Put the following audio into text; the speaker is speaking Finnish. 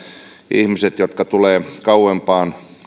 ihmisten jotka tulevat kauempaa